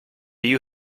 you